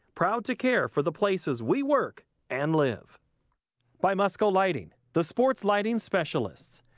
proud to care for the places we work and live by musco lighting, the sports lighting specialists,